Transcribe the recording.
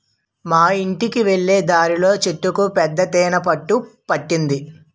మా యింటికి వెళ్ళే దారిలో చెట్టుకు పెద్ద తేనె పట్టు పట్టింది